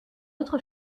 autre